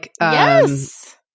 Yes